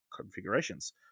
configurations